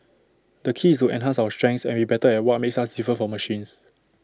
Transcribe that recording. the key is to enhance our strengths and be better at what makes us different from machines